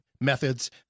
methods